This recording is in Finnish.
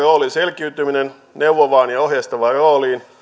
roolin selkiytyminen neuvovaan ja ohjeistavaan rooliin